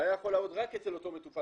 והיה יכול לעבוד רק אצל אותו מטופל,